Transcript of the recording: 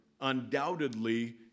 undoubtedly